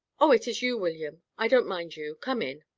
oh, it is you, william! i don't mind you. come in.